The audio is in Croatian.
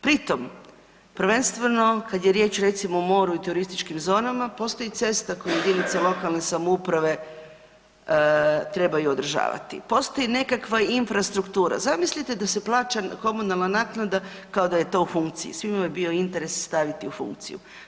Pritom, prvenstveno, kad je riječ recimo o moru i turističkim zonama, postoji cesta koje jedinice lokalne samouprave trebaju održavati, postoji i nekakva infrastruktura, zamislite da se plaća komunalna naknada kao da je to u funkciji, svima bi bio interes staviti u funkciju.